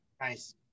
nice